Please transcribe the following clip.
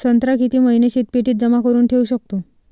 संत्रा किती महिने शीतपेटीत जमा करुन ठेऊ शकतो?